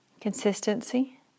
consistency